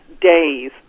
days